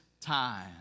time